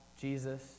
Jesus